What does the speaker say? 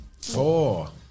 Four